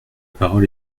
parole